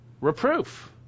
reproof